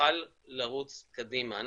נוכל לרוץ קדימה.